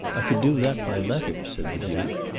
i could do that by letter, said the duke.